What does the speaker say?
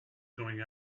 going